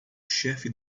chefe